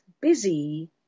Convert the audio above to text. busy